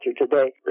today